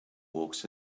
walks